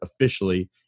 officially